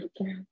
Okay